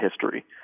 history